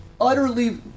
utterly